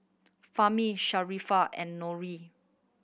Fahmi Sharifah and Nurin